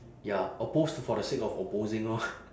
ya oppose for the sake of opposing orh